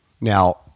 Now